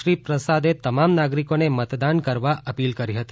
શ્રી પ્રસાદે તમામ નાગરિકોને મતદાન કરવા અપીલ કરી હતી